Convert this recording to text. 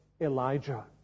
Elijah